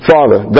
Father